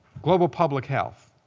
global public health.